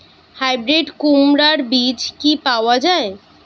Hybrid কুমড়ার বীজ কি পাওয়া য়ায়?